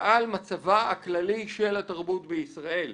ועל מצבה הכללי של התרבות בישראל".